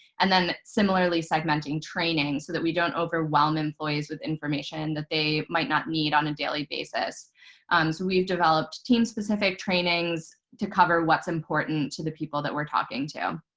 and then similarly segmenting training so that we don't overwhelm employees with information that they might not need on a daily basis. so um we've developed team-specific trainings to cover what's important to the people that we're talking to.